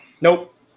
Nope